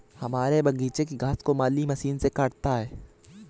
हमारे बगीचे की घास को माली मशीन से काटता है